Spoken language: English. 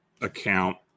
account